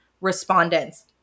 respondents